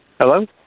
Hello